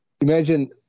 Imagine